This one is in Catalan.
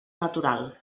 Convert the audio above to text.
natural